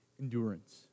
endurance